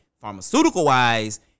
pharmaceutical-wise